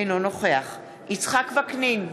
אינו נוכח יצחק וקנין,